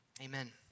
Amen